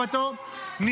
לא מספיק.